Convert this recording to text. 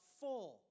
full